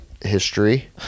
history